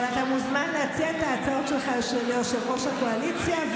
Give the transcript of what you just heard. אבל אתה מוזמן להציע את ההצעות שלך ליושב-ראש הקואליציה,